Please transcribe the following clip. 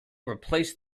replaced